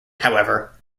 however